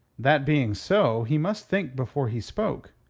that being so, he must think before he spoke.